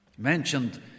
mentioned